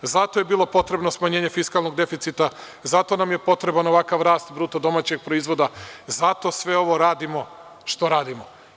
Zato je bilo potrebno smanjenje fiskalnog deficita, zato nam je potreban ovakav rast BDP, zato sve ovo radimo što radimo.